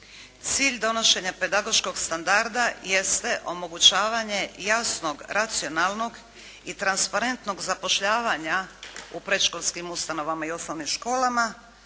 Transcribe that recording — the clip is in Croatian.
cilj donošenja pedagoškog standarda jeste omogućavanje jasnog, racionalnog i transparentnog zapošljavanja u predškolskim ustanovama i osnovnim školama.